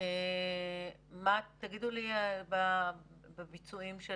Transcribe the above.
תספרו על הביצועים של